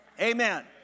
Amen